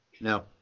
No